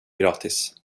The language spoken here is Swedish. gratis